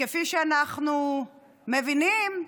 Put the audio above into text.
וכפי שאנחנו מבינים,